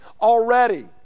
already